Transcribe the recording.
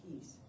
peace